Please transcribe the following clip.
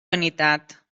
vanitat